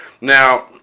Now